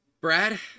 Brad